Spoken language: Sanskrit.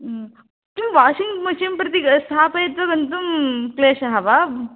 किं वाषिङ्ग् मषिन् प्रति स्थापयित्वा गन्तुं क्लेशः वा